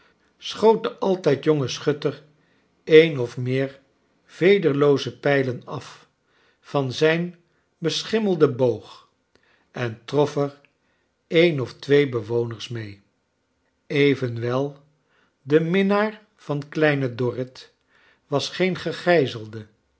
de altrjd jonge schutter een of meer vederlooze pijlcn af van zijn besehimmelden boog en trof cr een of twee bewoners mee even wel de minnaar van kleine dorrit was geen